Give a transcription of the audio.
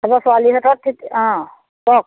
তাপা ছোৱালীহঁতৰ ঠিক অঁ কওক